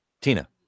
Tina